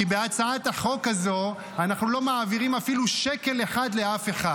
כי בהצעת החוק הזאת אנחנו לא מעבירים אפילו שקל אחד לאף אחד.